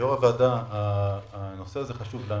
יושב-ראש הוועדה, הנושא הזה חשוב לנו.